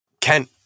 Kent